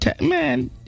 man